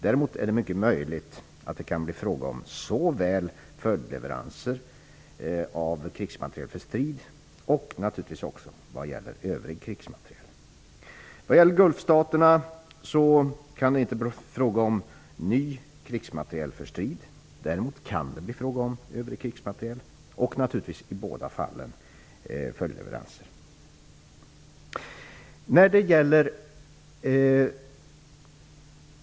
Däremot är det mycket möjligt att det kan bli fråga om såväl följdleveranser av krigsmateriel för strid och naturligtvis också övrig krigsmateriel. Vad gäller Gulfstaterna kan det inte bli fråga om ny krigsmateriel för strid. Däremot kan det bli fråga om övrig krigsmateriel och naturligtvis i båda fallen följdleveranser.